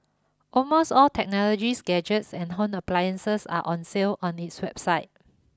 almost all technologies gadgets and home appliances are on sale on its website